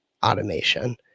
automation